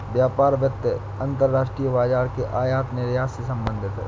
व्यापार वित्त अंतर्राष्ट्रीय बाजार के आयात निर्यात से संबधित है